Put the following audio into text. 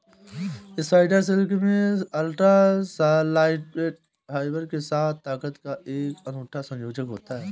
spider silk में ultra lightweight fibre के साथ ताकत का एक अनूठा संयोजन होता है